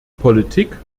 politik